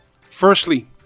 firstly